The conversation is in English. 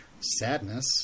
Sadness